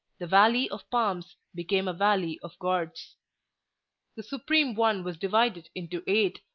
the valley of palms became a valley of gods the supreme one was divided into eight,